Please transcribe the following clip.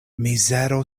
mizero